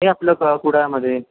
नाही आपलं क कुडाळमध्ये